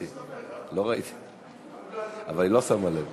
כנסת ישראל שתעזור לאוכלוסיות המוחלשות במדינת ישראל.